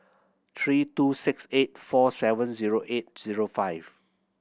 three two six eight four seven zero eight zero five